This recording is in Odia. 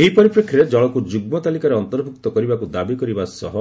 ଏହି ପରିପ୍ରେକ୍ଷୀରେ ଜଳକୁ ଯୁଗ୍ମ ତାଲିକାରେ ଅନ୍ତର୍ଭୁକ୍ତ କରିବାକୁ ଦାବି କରିବା ସହ